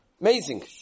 Amazing